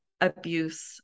abuse